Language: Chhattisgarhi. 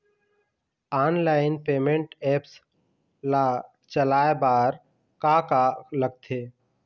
ऑनलाइन पेमेंट एप्स ला चलाए बार का का लगथे?